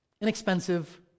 inexpensive